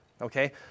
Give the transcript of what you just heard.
Okay